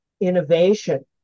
innovation